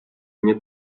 дні